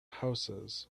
houses